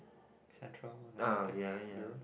central narcotics bureau